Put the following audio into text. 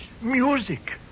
Music